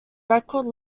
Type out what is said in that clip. record